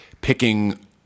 picking